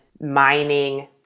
mining